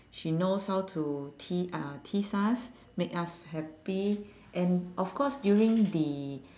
she knows how to tea~ uh tease us make us happy and of course during the